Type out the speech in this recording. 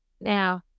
Now